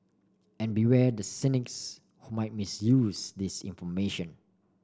and beware the cynics who might misuse this information